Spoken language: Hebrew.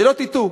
שלא תטעו.